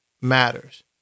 matters